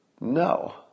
no